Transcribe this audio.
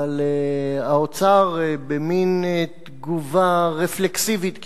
אבל האוצר, במין תגובה רפלקסיבית כמעט,